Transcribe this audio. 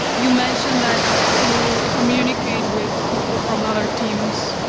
you mentioned that you communicate with people from other teams.